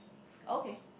okay